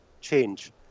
change